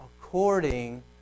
according